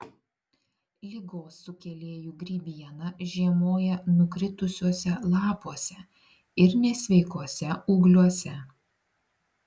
ligos sukėlėjų grybiena žiemoja nukritusiuose lapuose ir nesveikuose ūgliuose